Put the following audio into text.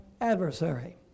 adversary